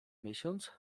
miesiąc